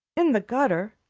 in the gutter,